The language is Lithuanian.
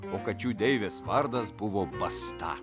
o kačių deivės vardas buvo basta